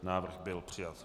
Návrh byl přijat.